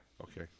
Okay